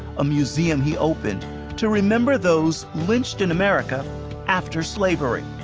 a museum he opened to remember those lynched in america after slavery.